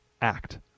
act